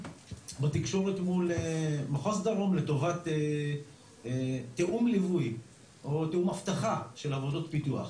בתקשורת מול מחוז דרום לטובת תיאום ליווי או תיאום אבטחה של עבודות פיתוח,